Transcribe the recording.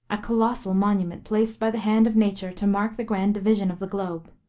a colossal monument placed by the hand of nature to mark the grand division of the globe.